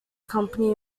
company